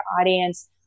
audience